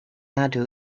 nadu